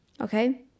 Okay